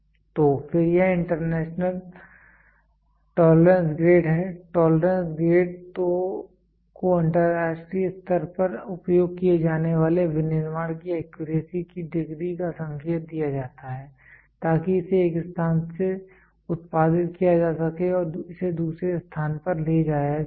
तो फिर यह इंटरनेशनल टोलरेंस ग्रेड है टोलरेंस ग्रेड को अंतरराष्ट्रीय स्तर पर उपयोग किए जाने वाले विनिर्माण की एक्यूरेसी की डिग्री का संकेत दिया जाता है ताकि इसे एक स्थान से उत्पादित किया जा सके और इसे दूसरे स्थान पर ले जाया जा सके